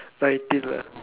like in